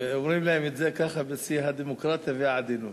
ואומרים להם את זה ככה, בשיא הדמוקרטיה והעדינות.